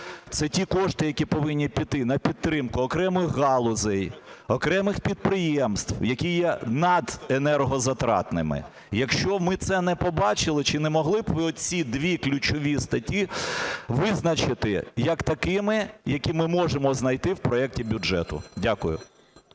Це ті кошти, які повинні піти на підтримку окремих галузей, окремих підприємств, які є наденергозатратними. Якщо ми це не побачили, чи не могли б ви оці дві ключові статті визначити як такими, які ми можемо знайти в проекті бюджету? Дякую.